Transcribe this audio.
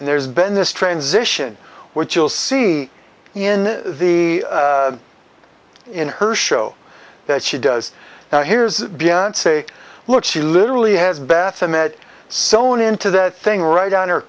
and there's been this transition what you'll see in the in her show that she does now here's beyond say look she literally has bats and that sewn into that thing right on her